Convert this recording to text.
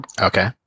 Okay